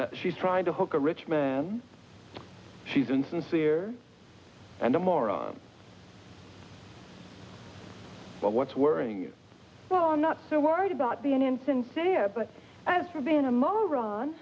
keep she's trying to hook a rich man she's insincere and a moron but what's worrying well i'm not so worried about being insincere but as for being a mole ron